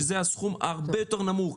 שזה סכום הרבה יותר נמוך.